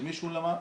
למי שולם,